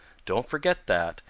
don't forget that,